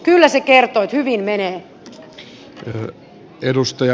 kyllä se kertoo että hyvin menee